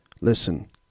Listen